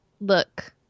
look